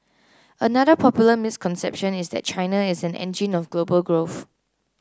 another popular misconception is that China is an engine of global growth